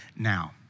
Now